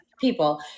people